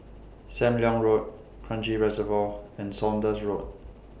SAM Leong Road Kranji Reservoir and Saunders Road